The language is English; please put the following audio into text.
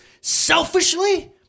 selfishly